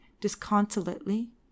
disconsolately